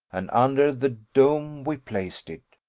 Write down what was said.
and under the dome we placed it.